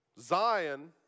Zion